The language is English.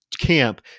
camp